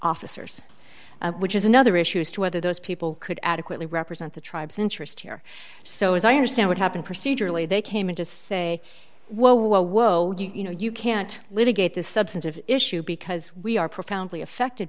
officers which is another issue as to whether those people could adequately represent the tribes interest here so as i understand what happened procedurally they came in to say whoa whoa whoa you know you can't litigate the substantive issue because we are profoundly affected